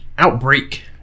Outbreak